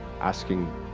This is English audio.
asking